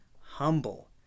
humble